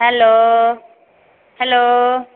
hello hello